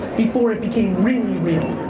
before it became really really.